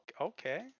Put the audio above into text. okay